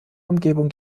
umgebung